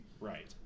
Right